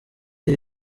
ibi